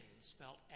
spelled